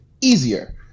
easier